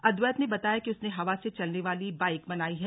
अद्वैत ने बताया कि उसने हवा से चलने वाली बाइक बनाई है